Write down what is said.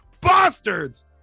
bastards